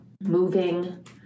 moving